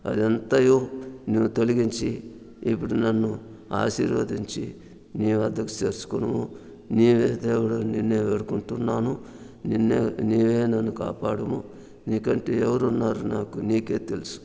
అదంతయు నీవు తొలగించి ఇప్పుడు నన్ను ఆశీర్వదించి నీ వద్దకు చేర్చుకొనుము నీవే దేవుడవని నేను వేడుకుంటున్నాను నిన్నే నీవే నన్ను కాపాడుము నీకంటే ఎవరున్నారు నాకు నీకే తెలుసు